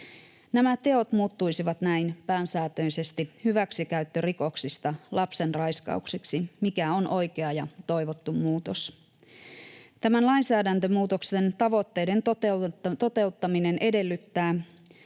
Nämä teot muuttuisivat näin pääsääntöisesti hyväksikäyttörikoksista lapsenraiskauksiksi, mikä on oikea ja toivottu muutos. Tämän lainsäädäntömuutoksen tavoitteiden toteuttaminen edellyttää,